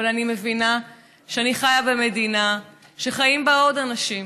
אבל אני מבינה שאני חיה במדינה שחיים בה עוד אנשים,